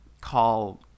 call